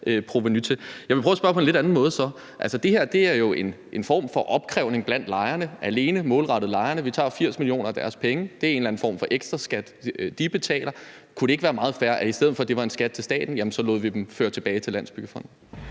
provenu til. Jeg vil så prøve at spørge på en lidt anden måde. Det her er jo en form for opkrævning blandt lejerne alene målrettet lejerne. Vi tager 80 mio. kr. af deres penge; det er en eller anden form for ekstra skat, de betaler. Kunne det ikke være meget fair, at i stedet for at det var en skat til staten, lod vi pengene føre tilbage til Landsbyggefonden?